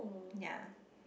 ya